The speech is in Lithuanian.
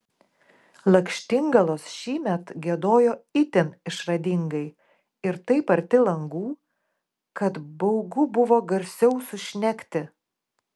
lakštingalos šįmet giedojo itin išradingai ir taip arti langų kad baugu buvo garsiau sušnekti